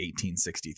1863